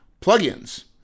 plugins